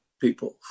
people